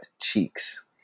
cheeks